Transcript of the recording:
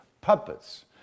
Puppets